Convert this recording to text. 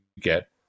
get